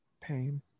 pain